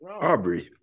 Aubrey